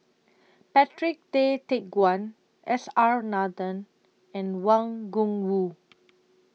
Patrick Tay Teck Guan S R Nathan and Wang Gungwu